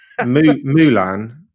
Mulan